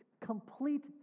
complete